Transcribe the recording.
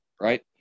right